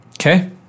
okay